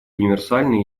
универсальной